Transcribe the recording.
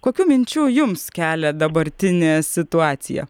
kokių minčių jums kelia dabartinė situacija